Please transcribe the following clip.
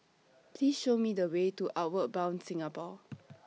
Please Show Me The Way to Outward Bound Singapore